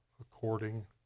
according